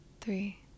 three